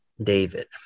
David